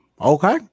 Okay